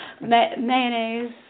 Mayonnaise